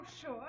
sure